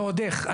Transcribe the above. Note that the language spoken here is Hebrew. ועוד איך.